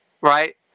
right